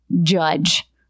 judge